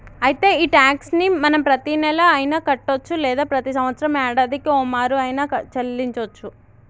అయితే ఈ టాక్స్ ని మనం ప్రతీనెల అయిన కట్టొచ్చు లేదా ప్రతి సంవత్సరం యాడాదికి ఓమారు ఆయిన సెల్లించోచ్చు